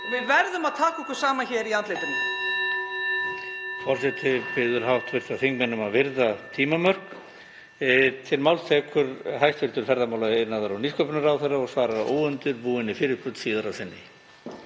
Við verðum að taka okkur saman í andlitinu.